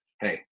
hey